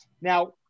Now